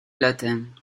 latin